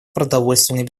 продовольственной